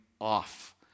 off